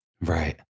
Right